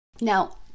Now